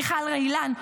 מיכל רעילן,